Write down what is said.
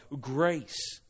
grace